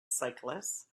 cyclists